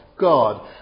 God